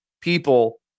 people